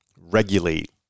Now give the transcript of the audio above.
regulate